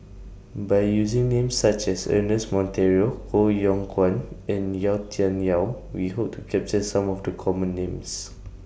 By using Names such as Ernest Monteiro Koh Yong Guan and Yau Tian Yau We Hope to capture Some of The Common Names